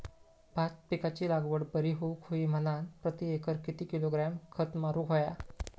भात पिकाची लागवड बरी होऊक होई म्हणान प्रति एकर किती किलोग्रॅम खत मारुक होया?